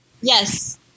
Yes